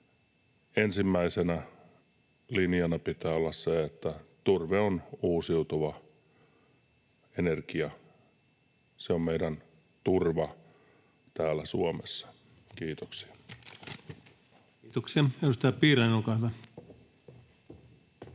ensimmäisenä linjana pitää olla se, että turve on uusiutuva energia. Se on meidän turva täällä Suomessa. — Kiitoksia. [Speech 72]